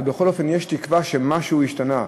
אבל בכל אופן יש תקווה שמשהו ישתנה.